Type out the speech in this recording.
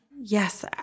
Yes